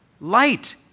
light